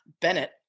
Bennett